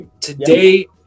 today